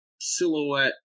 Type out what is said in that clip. silhouette